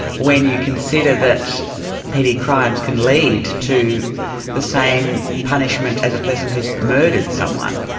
when you consider that petty crimes can lead to the same punishment as a person who's murdered someone.